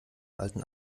alten